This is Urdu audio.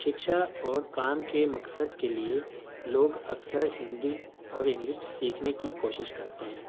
شکشا اور کام کے مقصد کے لیے لوگ اکثر ہندی اور انگلش سیکھنے کی کوشش کرتے ہیں